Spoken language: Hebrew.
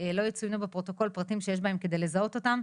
לא יצוינו בפרוטוקול פרטים שיש בהם בכדי לזהות אותן.